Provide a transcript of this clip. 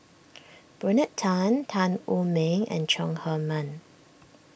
Bernard Tan Tan Wu Meng and Chong Heman